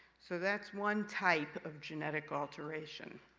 so, that's one type of genetic alteration.